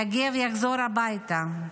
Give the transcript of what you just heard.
יגב יחזור הביתה.